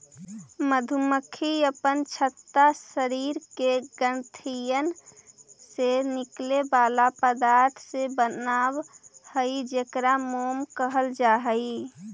मधुमक्खी अपन छत्ता शरीर के ग्रंथियन से निकले बला पदार्थ से बनाब हई जेकरा मोम कहल जा हई